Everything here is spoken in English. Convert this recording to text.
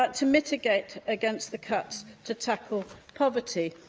but to mitigate against the cuts, to tackle poverty.